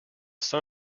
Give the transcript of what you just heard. sun